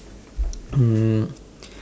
um